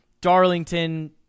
Darlington